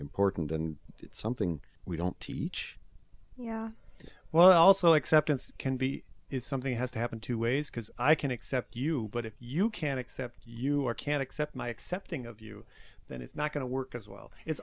important and it's something we don't teach yeah well so acceptance can be is something has to happen two ways because i can accept you but if you can't accept you are can't accept my accepting of you that it's not going to work as well it's